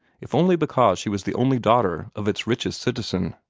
if only because she was the only daughter of its richest citizen.